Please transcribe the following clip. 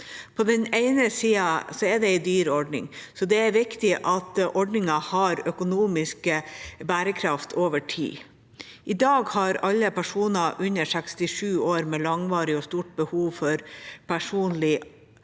På den ene sida er det en dyr ordning, så det er viktig at ordningen har økonomisk bærekraft over tid. I dag har alle personer under 67 år med langvarig og stort behov for personlig